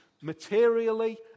materially